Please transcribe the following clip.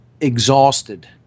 exhausted